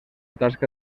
tasca